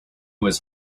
was